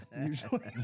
Usually